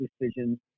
decisions